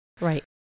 Right